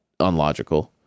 unlogical